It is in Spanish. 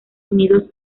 unidos